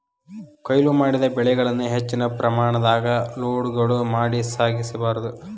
ಕೋಯ್ಲು ಮಾಡಿದ ಬೆಳೆಗಳನ್ನ ಹೆಚ್ಚಿನ ಪ್ರಮಾಣದಾಗ ಲೋಡ್ಗಳು ಮಾಡಿ ಸಾಗಿಸ ಬಾರ್ದು